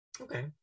Okay